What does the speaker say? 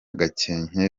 gakenke